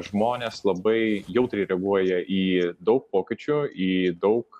žmonės labai jautriai reaguoja į daug pokyčių į daug